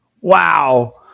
Wow